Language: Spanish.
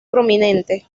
prominente